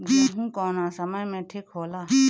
गेहू कौना समय मे ठिक होला?